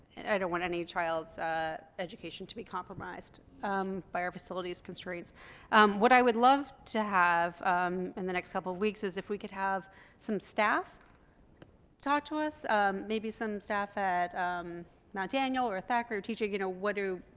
i don't want any child's education to be compromised by our facilities constraints what i would love to have in the next couple of weeks is if we could have some staff talk to us maybe some staff at mt. daniel or a thackrey teacher you know what do